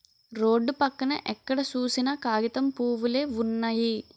road పక్కన ఎక్కడ సూసినా కాగితం పూవులే వున్నయి